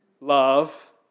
love